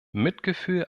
mitgefühl